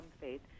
faith